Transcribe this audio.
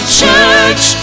church